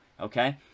okay